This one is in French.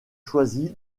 choisies